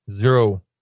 Zero